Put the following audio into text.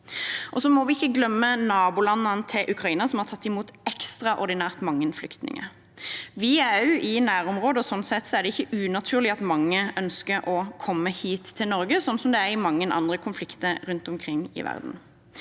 Vi må ikke glemme nabolandene til Ukraina som har tatt imot ekstraordinært mange flyktninger. Vi er også i nærområdet, og sånn sett er det ikke unaturlig at mange ønsker å komme hit til Norge, slik det er i mange andre konflikter rundt omkring i verden.